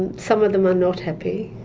and some of them are not happy,